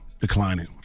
declining